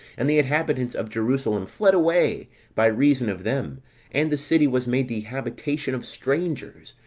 and the inhabitants of jerusalem fled away by reason of them and the city was made the habitation of strangers,